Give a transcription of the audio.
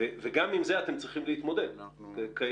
וגם עם זה אתם צריכים להתמודד, כידוע.